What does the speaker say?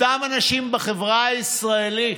בין אותם אנשים בחברה הישראלית